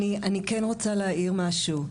אני כן רוצה להעיר משהו.